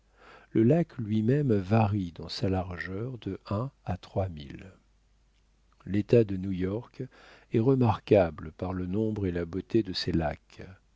le lac luimême varie dans sa largeur de un à trois milles l'état de new-york est remarquable par le nombre et la beauté de ses lacs